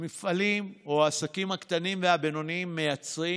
המפעלים או העסקים הקטנים והבינוניים מייצרים